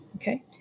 Okay